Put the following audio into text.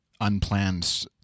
unplanned